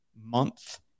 month